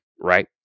right